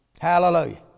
Hallelujah